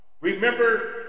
remember